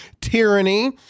tyranny